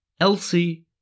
Elsie